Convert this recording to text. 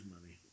money